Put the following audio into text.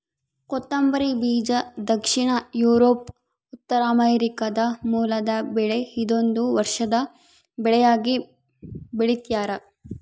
ಕೊತ್ತಂಬರಿ ಬೀಜ ದಕ್ಷಿಣ ಯೂರೋಪ್ ಉತ್ತರಾಮೆರಿಕಾದ ಮೂಲದ ಬೆಳೆ ಇದೊಂದು ವರ್ಷದ ಬೆಳೆಯಾಗಿ ಬೆಳ್ತ್ಯಾರ